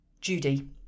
Judy